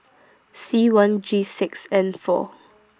C one G six N four